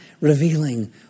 revealing